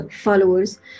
followers